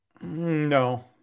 No